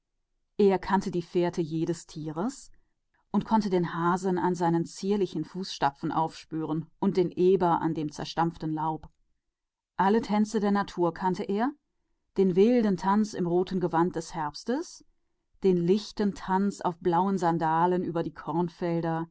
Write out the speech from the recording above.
er kannte die spur jedes tieres und konnte den hasen an den leichten eindrücken seiner füße verfolgen und den eber an den zertretenen blättern alle tänze des windes kannte er den tollen tanz im roten gewand und dem herbst den leichten tanz in blauen sandalen über dem